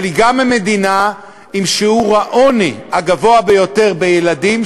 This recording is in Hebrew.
אבל היא גם המדינה עם שיעור העוני הגבוה ביותר של ילדים,